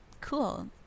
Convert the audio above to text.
Cool